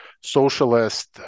socialist